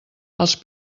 els